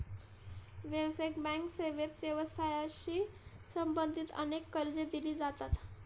व्यावसायिक बँक सेवेत व्यवसायाशी संबंधित अनेक कर्जे दिली जातात